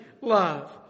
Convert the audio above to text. love